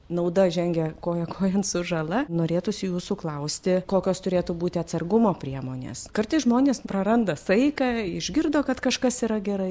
nauda žengia koja kojon su žala norėtųsi jūsų klausti kokios turėtų būti atsargumo priemonės kartais žmonės praranda saiką išgirdo kad kažkas yra gerai